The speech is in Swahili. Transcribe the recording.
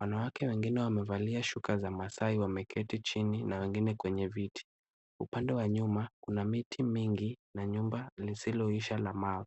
Wanawake wengine wamevalia shuka za maasai wameketi chini na wengine kwenye viti. Upande wa nyuma kuna miti mingi na nyumba lisiloisha la mawe.